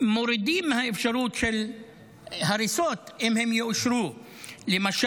מורידים את האפשרות של הריסות, אם הם יאושרו.